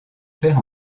perd